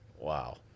Wow